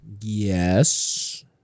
Yes